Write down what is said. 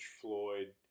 Floyd